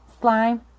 Slime